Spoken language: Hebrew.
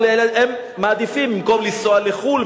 אבל במקום לנסוע לחו"ל,